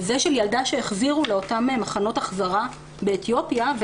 ילדה שהחזירו לאותן מחנות החזרה באתיופיה.